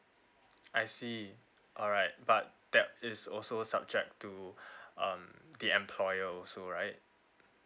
I see alright but that is also subject to um the employer also right